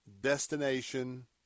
destination